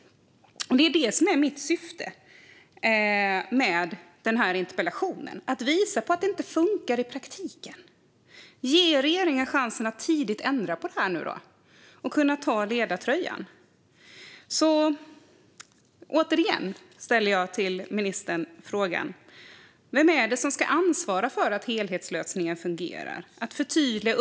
Mitt syfte med interpellationen är att visa på att det inte funkar i praktiken och ge regeringen chansen att tidigt ändra på det här och ta ledartröjan. Återigen frågar jag ministern: Vem är det som ska ansvara för att helhetslösningen fungerar?